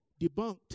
debunked